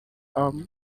urim